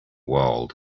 world